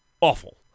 awful